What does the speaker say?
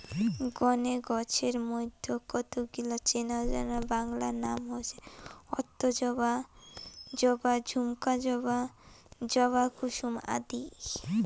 গণে গছের মইধ্যে কতগিলা চেনাজানা বাংলা নাম হসে অক্তজবা, জবা, ঝুমকা জবা, জবা কুসুম আদি